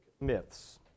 myths